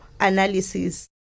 analysis